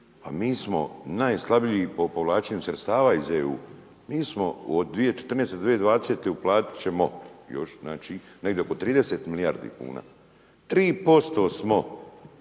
A mi smo najslabiji po povlačenju sredstava iz EU. Mi smo od 2014. do 2020. uplatiti ćemo još znači, negdje oko 30 milijardi kuna. 3% smo